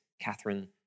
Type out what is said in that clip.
Catherine